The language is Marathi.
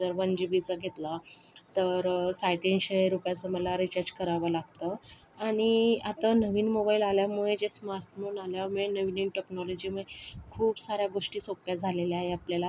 जर वन जी बीचा घेतला तर साडेतीनशे रुपयाचं मला रिचार्ज करावं लागतं आणि आता नवीन मोबाईल आल्यामुळे जे स्मार्टफोन आल्यामुळे नवीन टेक्नॉलॉजीमुळे खूप साऱ्या गोष्टी सोप्या झालेल्या आहे आपल्याला